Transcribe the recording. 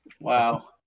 Wow